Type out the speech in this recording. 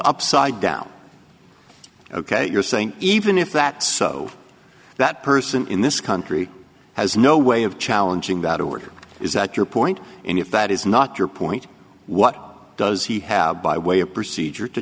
upside down ok you're saying even if that so that person in this country has no way of challenging that order is that your point and if that is not your point what does he have by way of procedure to